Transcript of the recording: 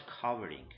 covering